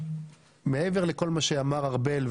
מעבר לכל מה שאמר ארבל,